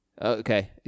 Okay